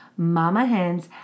mamahens